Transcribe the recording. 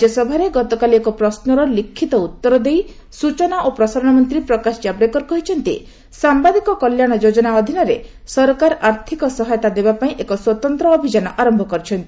ରାଜ୍ୟସଭାରେ ଗତକାଲି ଏକ ପ୍ରଶ୍ୱର ଲିଖିତ ଉତ୍ତର ଦେଇ ସ୍ବଚନା ଓ ପ୍ରସାରଣ ମନ୍ତ୍ରୀ ପ୍ରକାଶ ଜାବଡେକର କହିଛନ୍ତି ସାମ୍ବାଦିକ କଲ୍ୟାଣ ଯୋଜନା ଅଧିନରେ ସରକାର ଆର୍ଥିକ ସହାୟତା ଦେବା ପାଇଁ ଏକ ସ୍ୱତନ୍ତ୍ର ଅଭିଯାନ ଆରମ୍ଭ କରିଛନ୍ତି